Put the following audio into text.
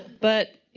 but,